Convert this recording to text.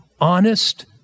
Honest